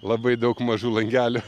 labai daug mažų langelių